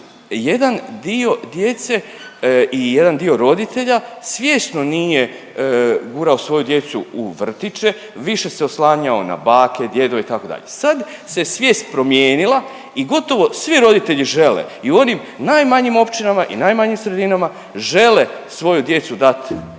jedan dio djece i jedan dio roditelja svjesno nije gurao svoju djecu u vrtiće više se oslanjao na bake, djedove itd., sad se svijest promijenila i gotovo svi roditelji žele i u onim najmanjim općinama i najmanjim sredinama žele svoju djecu dati